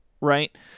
Right